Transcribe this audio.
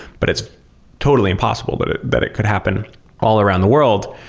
but it's totally impossible that it that it could happen all around the world.